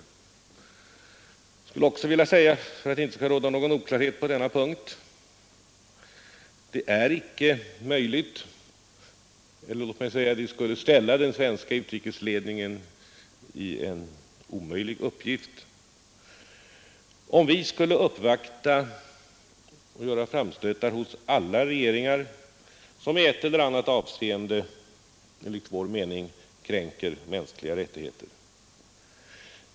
Jag skulle också vilja säga, för att det inte skall råda någon oklarhet på denna punkt, att det skulle ställa den svenska utrikesledningen inför en omöjlig uppgift om vi skulle uppvakta och göra framstötar hos alla regeringar som i ett eller annat avseende enligt vår mening kränker mänskliga rättigheter.